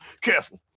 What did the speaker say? careful